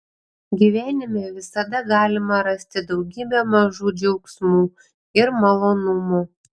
gyvenime visada galima rasti daugybę mažų džiaugsmų ir malonumų